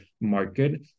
market